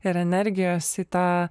ir energijos į tą